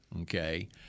Okay